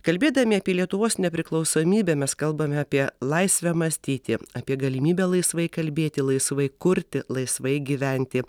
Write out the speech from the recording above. kalbėdami apie lietuvos nepriklausomybę mes kalbam apie laisvę mąstyti apie galimybę laisvai kalbėti laisvai kurti laisvai gyventi